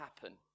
happen